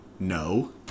No